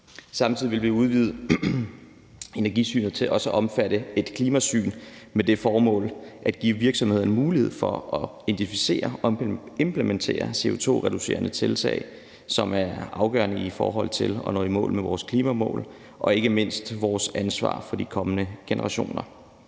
Samtidig vil vi udvide energisynet til også at omfatte et klimasyn med det formål at give virksomhederne en mulighed for at identificere og implementere CO2-reducerende tiltag, som er afgørende i forhold til at nå i mål med vores klimamål og ikke mindst vores ansvar for de kommende generationer.